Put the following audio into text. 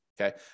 Okay